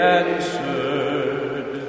answered